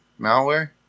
malware